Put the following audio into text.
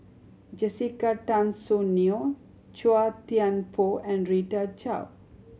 Jessica Tan Soon Neo Chua Thian Poh and Rita Chao